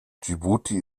dschibuti